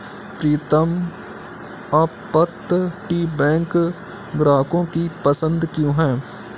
प्रीतम अपतटीय बैंक ग्राहकों की पसंद क्यों है?